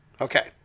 Okay